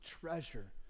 treasure